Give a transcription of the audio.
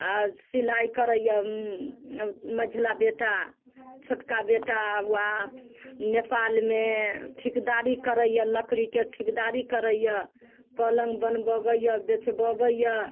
आ सिलाइ करैए मझिला बेटा छोटका बेटा वहाँ नेपालमे ठिकेदारी करैए लकड़ीके ठिकेदारी करैए पलङ्ग बनवबैए बेचवबैए